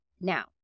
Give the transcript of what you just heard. Now